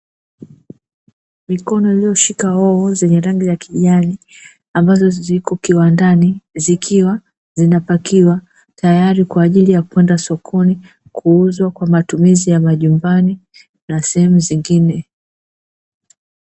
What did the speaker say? Mikono iliyoshika hoho zenye rangi ya kijani, ambazo ziko kiwandani zikiwa zinapakiwa. Tayari kwa ajili ya kwenda sokoni, kuuzwa kwa matumizi ya majumbani na sehemu zingine.